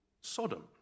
Sodom